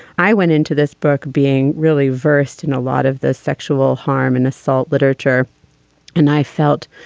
i went into this book being really versed in a lot of the sexual harm and assault literature and i felt,